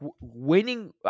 winning